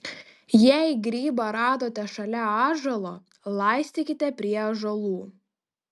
jei grybą radote šalia ąžuolo laistykite prie ąžuolų